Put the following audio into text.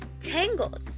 Tangled